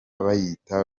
bayita